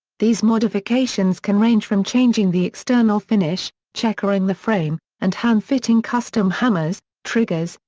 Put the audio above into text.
these modifications can range from changing the external finish, checkering the frame, and hand fitting custom hammers, triggers,